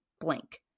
blank